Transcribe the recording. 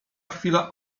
chwila